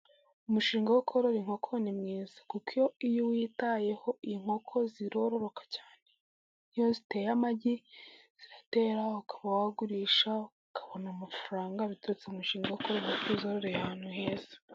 Umushinga wo korora inkoko ni mwiza kuko iyo uwitayeho inkoko zirororoka cyane. Iyo ziteye amagi ziratera ukaba wagurisha ukabona amafaranga biturutse mu mushinga wo korora kuko uzororeye ahantu heza.